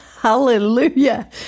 Hallelujah